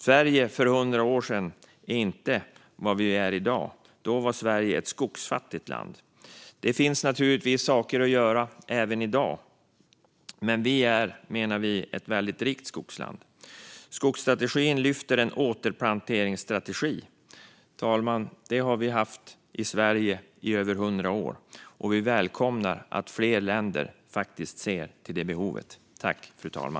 Sverige för 100 år sedan var inte det som det är i dag. Då var Sverige ett skogsfattigt land. Det finns naturligtvis saker att göra även i dag. Men vi menar att vi är ett väldigt rikt skogsland. Skogsstrategin lyfter fram en återplanteringsstrategi. Det har vi haft, fru talman, i Sverige i över 100 år. Och vi välkomnar att fler länder faktiskt ser till detta behov.